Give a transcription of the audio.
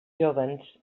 jóvens